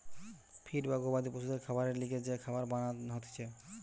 feed বা গবাদি পশুদের খাবারের লিগে যে খাবার বানান হতিছে